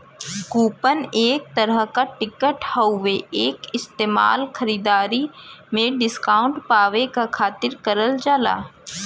coupon एक तरह क टिकट हउवे एक इस्तेमाल खरीदारी में डिस्काउंट पावे क खातिर करल जाला